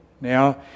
now